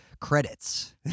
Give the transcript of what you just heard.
credits